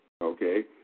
Okay